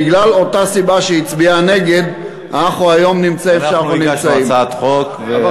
בגלל אותה סיבה שהיא הצביעה נגד אנחנו היום נמצאים איפה שאנחנו נמצאים.